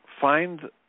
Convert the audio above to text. find